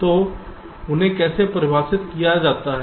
तो उन्हें कैसे परिभाषित किया जाता है